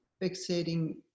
fixating